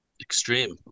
extreme